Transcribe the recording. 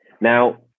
Now